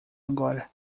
agora